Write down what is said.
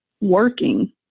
working